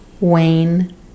Wayne